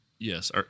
Yes